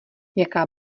jaká